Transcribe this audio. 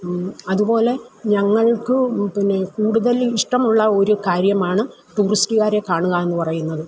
അതുപോലെ ഞങ്ങൾക്ക് പിന്നെ കൂടുതൽ ഇഷ്ടമുള്ള ഒരു കാര്യമാണ് ടൂറിസ്റ്റ്കാരെ കാണുക എന്ന് പറയുന്നത്